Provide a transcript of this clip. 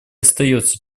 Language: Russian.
остается